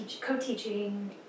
co-teaching